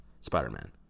Spider-Man